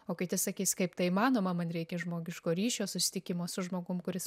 o kiti sakys kaip tai įmanoma man reikia žmogiško ryšio susitikimo su žmogum kuris